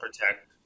protect